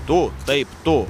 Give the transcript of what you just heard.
tu taip tu